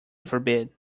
forbid